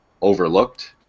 overlooked